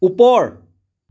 ওপৰ